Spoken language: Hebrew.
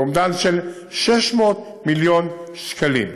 באומדן של 600 מיליון שקלים.